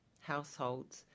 households